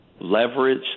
Leverage